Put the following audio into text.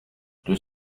deux